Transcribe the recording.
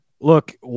Look